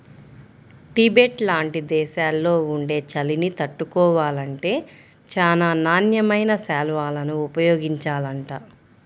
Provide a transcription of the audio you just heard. Tibet లాంటి దేశాల్లో ఉండే చలిని తట్టుకోవాలంటే చానా నాణ్యమైన శాల్వాలను ఉపయోగించాలంట